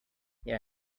yeah